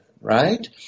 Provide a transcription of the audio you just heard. right